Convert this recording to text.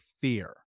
fear